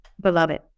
beloved